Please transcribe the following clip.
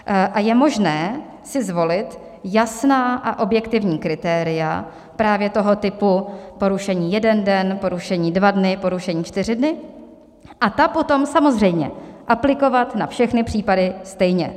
Je možné si zvolit jasná a objektivní kritéria právě toho typu porušení jeden den, porušení dva dny, porušení čtyři dny a ta potom samozřejmě aplikovat na všechny případy stejně.